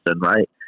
Right